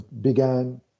began